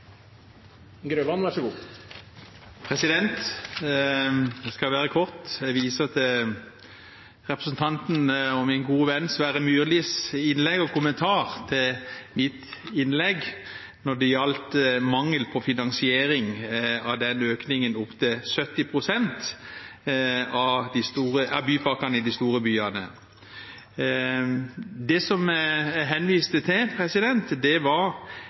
og min gode venn, Sverre Myrlis innlegg og kommentar til mitt innlegg når det gjaldt mangel på finansiering av økningen opp til 70 pst. av bypakkene i de store byene. Det jeg henviste til,